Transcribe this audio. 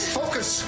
focus